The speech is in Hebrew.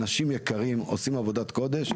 אנשים יקרים עושים עבודת קודש,